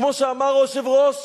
כמו שאמר היושב-ראש,